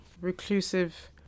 Reclusive